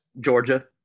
Georgia